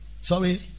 sorry